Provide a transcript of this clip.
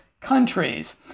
countries